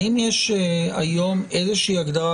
האם יש היום איזושהי הגדרה